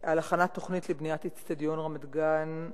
על הכנת תוכנית לבניית איצטדיון רמת-גן.